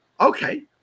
okay